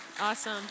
Awesome